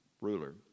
ruler